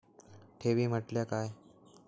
ठेवी म्हटल्या काय?